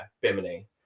Bimini